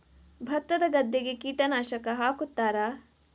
ಭತ್ತದ ಗದ್ದೆಗೆ ಕೀಟನಾಶಕ ಹಾಕುತ್ತಾರಾ?